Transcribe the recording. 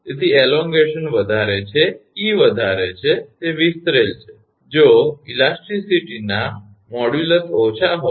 તેથી વિસ્તરણ વધારે છે 𝑒 વધારે છે તે વિસ્તરેલ છે જો સ્થિતિસ્થાપકતાના મોડ્યુલસ ઓછા હોય